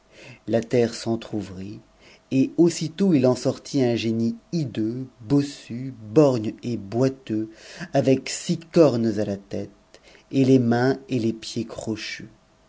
la terre s'entr'ouvrit et aussitôt il en sortit un scnin hideux bossu borgne et boiteux avec six cornes à la tête et les nmins n les pieds crochus